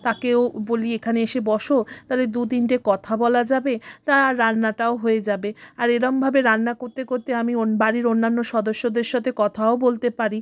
তাকেও বলি এখানে এসে বসো তাহলে দু তিনটে কথা বলা যাবে তা আর রান্নাটাও হয়ে যাবে আর এরকমভাবে রান্না করতে করতে আমি অন বাড়ির অন্যান্য সদস্যদের সাথে কথাও বলতে পারি